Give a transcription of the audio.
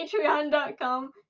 patreon.com